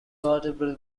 vertebral